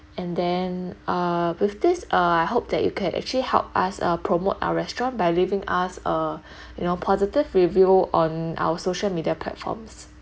and then uh with this uh I hope that you can actually help us uh promote our restaurant by leaving us uh you know positive review on our social media platforms